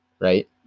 Right